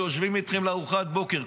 שיושבים איתכם שם לארוחת בוקר,